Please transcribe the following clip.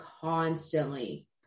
constantly